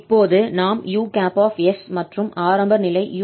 இப்போது நாம் us மற்றும் ஆரம்ப நிலை 𝑢𝑥 0 ஐ 0 ஆகப் பயன்படுத்துவோம்